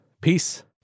Peace